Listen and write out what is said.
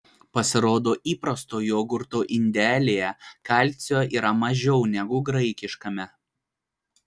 pasirodo įprasto jogurto indelyje kalcio yra mažiau negu graikiškame